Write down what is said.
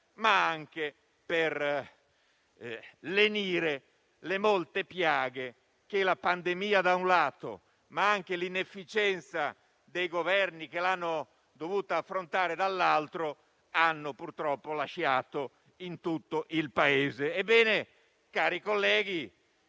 ma anche per lenire le molte piaghe che la pandemia, da un lato, e l'inefficienza dei Governi che l'hanno dovuta affrontare, dall'altro, hanno purtroppo lasciato in tutto il Paese. Ebbene, cari colleghi,